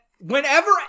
Whenever